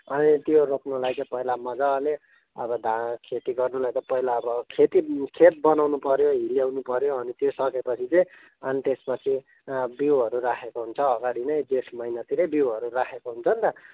अनि त्यो रोप्नुको लागि चाहिँ पहिला मजाले अब धान खेती गर्नुलाई त पहिला अब खेती खेत बनाउनु पऱ्यो हिल्यानुपऱ्यो अनि त्यो सकेपछि चाहिँ अनि त्यसपछि बिउहरू राखेको हुन्छ अगाडि नै जेठ महिनातिरै बिउहरू राखेको हुन्छ नि त